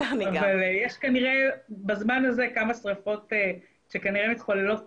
אבל יש כנראה בזמן הזה כמה שריפות שכנראה מתחוללות